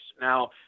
Now